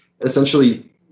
Essentially